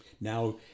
Now